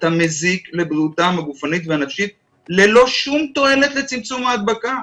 אתה מזיק לבריאותם הגופנית והנפשית ללא שום תועלת לצמצום ההדבקה.